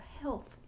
health